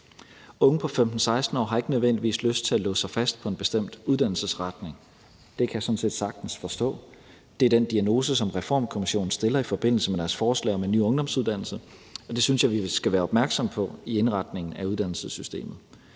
Unge på 15-16 år har ikke nødvendigvis lyst til at låse sig fast på en bestemt uddannelsesretning, og det kan jeg sådan set sagtens forstå. Det er den diagnose, som Reformkommissionen stiller i forbindelse med deres forslag om en ny ungdomsuddannelse, og det synes jeg vi skal være opmærksomme på i indretningen af uddannelsessystemet.